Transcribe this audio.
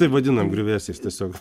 taip vadinam griuvėsiais tiesiog